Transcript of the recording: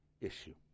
issue